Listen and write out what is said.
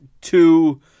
two